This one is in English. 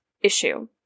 issue